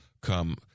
come